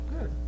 good